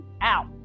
out